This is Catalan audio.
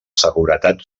seguretat